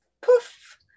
poof